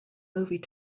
movie